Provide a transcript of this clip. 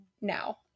now